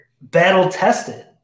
battle-tested